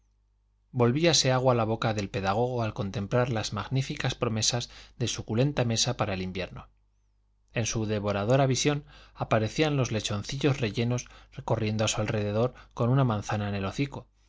descubierto volvíase agua la boca del pedagogo al contemplar las magníficas promesas de suculenta mesa para el invierno en su devoradora visión aparecían los lechoncillos rellenos corriendo a su alrededor con una manzana en el hocico